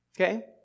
okay